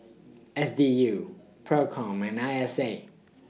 S D U PROCOM and I S A